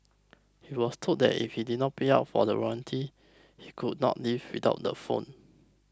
he was told that if he did not pay up for the warranty he could not leave without the phone